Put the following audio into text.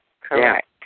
Correct